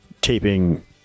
taping